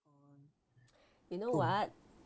you know what